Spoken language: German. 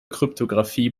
kryptographie